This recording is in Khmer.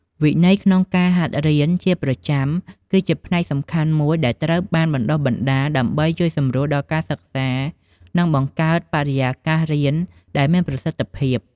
វិន័យក្នុងការហាត់រៀនជាប្រចាំ គឺជាផ្នែកសំខាន់មួយដែលត្រូវបានបណ្តុះបណ្តាល ដើម្បីជួយសម្រួលដល់ការសិក្សា និងបង្កើតបរិយាកាសរៀនដែលមានប្រសិទ្ធភាព។